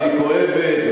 והיא כואבת,